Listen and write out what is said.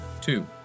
Two